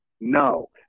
No